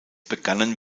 begannen